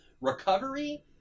recovery